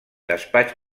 despatx